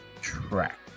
track